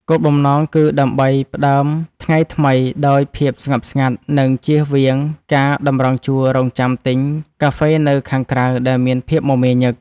គោលបំណង គឺដើម្បីផ្ដើមថ្ងៃថ្មីដោយភាពស្ងប់ស្ងាត់ និងជៀសវាងការតម្រង់ជួររង់ចាំទិញកាហ្វេនៅខាងក្រៅដែលមានភាពមមាញឹក។